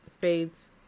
fades